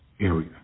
area